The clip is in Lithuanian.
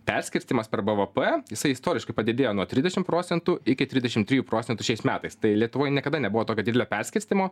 perskirstymas per bvp jisai istoriškai padidėjo nuo trisdešim procentų iki trisdeši trijų procentų šiais metais tai lietuvoj niekada nebuvo tokio didelio perskirstymo